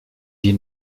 die